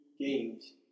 games